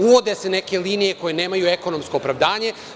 Uvode se neke linije koje nemaju ekonomsko opravdanje.